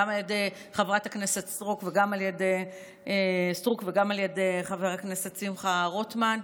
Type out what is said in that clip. גם על ידי חברת הכנסת סטרוק וגם על ידי חבר הכנסת שמחה רוטמן,